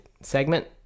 segment